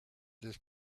des